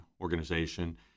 organization